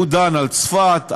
היא דנה על צפת,